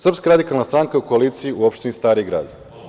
Srpska radikalna stranka je u koaliciji u opštini Stari Grad.